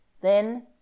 Then